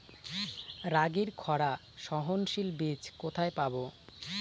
রাগির খরা সহনশীল বীজ কোথায় পাবো?